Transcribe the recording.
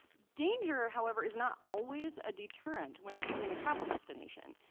danger, however, is not always a deterrent when choosing a travel destination.